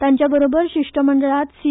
तांच्याबरोबर शिष्टमंडळात सी